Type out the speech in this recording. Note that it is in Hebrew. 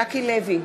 בעד ז'קי לוי,